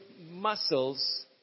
muscles